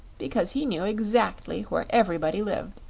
because he knew exactly where everybody lived.